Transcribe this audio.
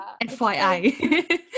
FYI